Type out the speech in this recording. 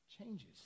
changes